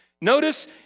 Notice